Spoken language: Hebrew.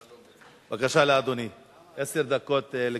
בבקשה, אדוני, עשר דקות לכבודו.